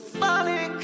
funny